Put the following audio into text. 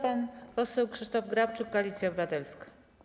Pan poseł Krzysztof Grabczuk, Koalicja Obywatelska.